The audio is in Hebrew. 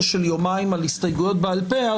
של יומיים על הסתייגויות בעל פה,